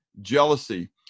jealousy